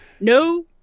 no